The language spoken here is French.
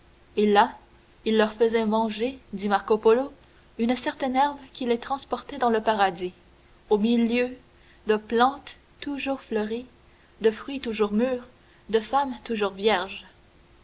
et là il leur faisait manger dit marco polo une certaine herbe qui les transportait dans le paradis au milieu de plantes toujours fleuries de fruits toujours mûrs de femmes toujours vierges